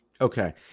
Okay